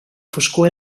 foscor